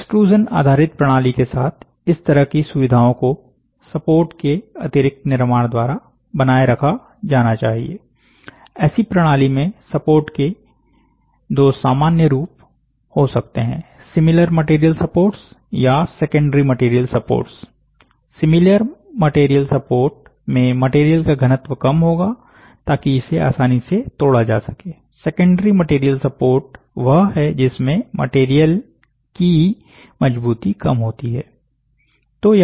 एक्सट्रूज़नआधारित प्रणाली के साथ इस तरह की सुविधाओं को सपोर्ट्स के अतिरिक्त निर्माण द्वारा बनाए रखा जाना चाहिए ऐसी प्रणाली में सपोर्ट्स के दो सामान्य रूप हो सकते हैं सिमिलर मटेरियल सपोर्ट्स या secondary material supports similar material support में मटेरियल का घनत्व कम होगा ताकि इसे आसानी से तोड़ा जा सके सेकेंडरी मटेरियल सपोर्ट वह है जिसमें मटेरियल की ही मजबूती कम होती है